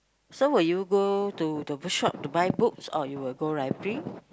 so will you go to the book shop to buy books or you will go library